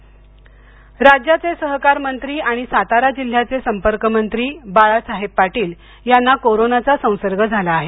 सातारा राज्याचे सहकार मंत्री आणि सातारा जिल्ह्याचे संपर्कमंत्री बाळासाहेब पाटील यांना कोरोनाचा संसर्ग झाला आहे